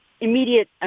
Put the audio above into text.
immediate